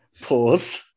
Pause